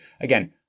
again